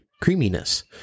creaminess